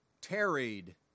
tarried